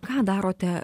ką darote